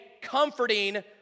comforting